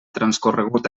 transcorregut